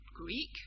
Greek